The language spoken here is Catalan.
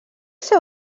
ser